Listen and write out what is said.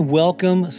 welcome